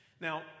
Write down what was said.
Now